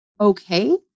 okay